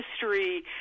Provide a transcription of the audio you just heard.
history